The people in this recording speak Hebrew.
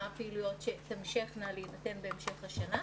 מה הפעילויות שתמשכנה להינתן בהמשך השנה.